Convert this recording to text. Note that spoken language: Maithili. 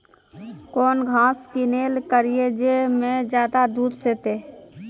कौन घास किनैल करिए ज मे ज्यादा दूध सेते?